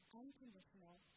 unconditional